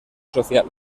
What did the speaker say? social